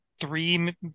three